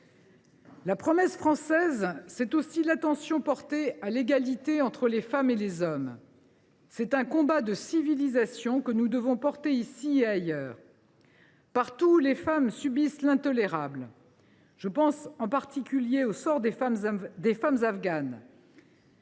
La promesse française, c’est aussi l’attention portée à l’égalité entre les femmes et les hommes. Ce combat de civilisation, nous devons le porter ici et ailleurs, partout où les femmes subissent l’intolérable – je pense en particulier au sort des femmes afghanes.